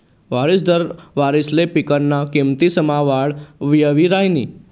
वरिस दर वारिसले पिकना किमतीसमा वाढ वही राहिनी